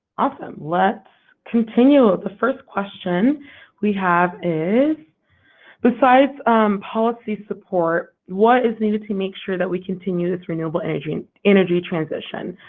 awesome. let's continue. the first question we have is beside policy support, what is needed to make sure that we continue this renewable energy and energy transition?